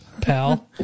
Pal